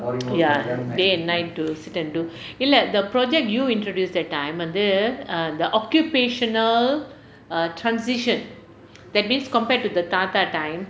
ya day and night to sit and do இல்லை:illai the project you introduced that time வந்து:vanthu err the occupational err transition that means compared to the தாத்தா:thaathaa time